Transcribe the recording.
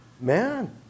man